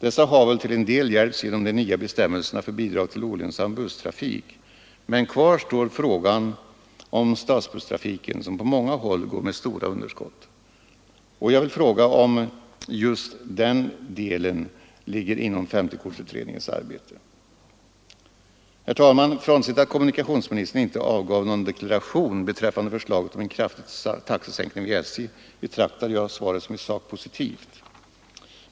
Dessa har väl till en del hjälpts genom de nya bestämmelserna om bidrag till olönsam busstrafik, men kvar står frågan om stadsbusstrafiken som på många håll går med stora underskott. Ligger den inom 50-kortsutredningens arbete? Herr talman! Frånsett att kommunikationsministern inte avgav någon deklaration beträffande förslaget om en kraftig taxesänkning vid SJ betraktar jag svaret som i sak positivt.